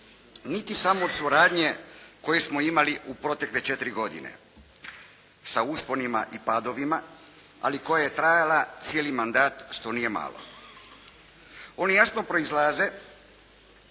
niti samo od suradnje koje smo imali u protekle 4 godine sa usponima i padovima, ali koja je trajala cijeli mandat što nije malo. Oni jasno proizlaze